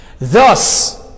Thus